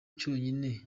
cyonyine